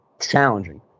Challenging